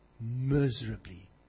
miserably